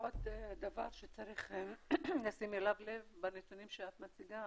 עוד דבר שצריך לשים אליו לב בנתונים שאת מציגה